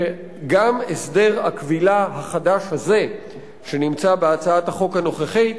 שגם הסדר הכבילה החדש הזה שנמצא בהצעת החוק הנוכחית